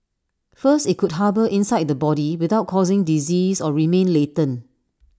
first IT could harbour inside the body without causing disease or remain latent